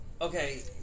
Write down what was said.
Okay